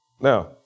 Now